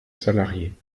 salariés